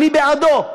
אני בעדו,